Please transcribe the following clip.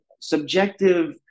subjective